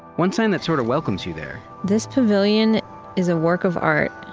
one sign that sort of welcomes you there this pavilion is a work of art,